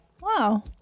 Wow